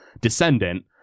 descendant